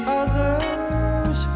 others